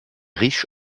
riche